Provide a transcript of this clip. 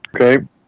Okay